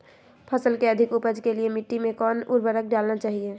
फसल के अधिक उपज के लिए मिट्टी मे कौन उर्वरक डलना चाइए?